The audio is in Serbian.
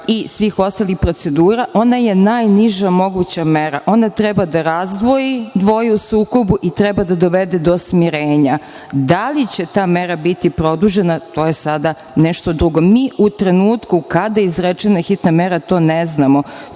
i svih ostalih procedura. Ona je najniža moguća mera. Ona treba da razdvoji dvoje u sukobu i treba da dovede do smirenja. Da li će ta mera biti produžena, to je sada nešto drugo. Mi u trenutku kada je izrečena hitna mera to ne znamo.